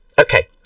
Okay